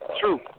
True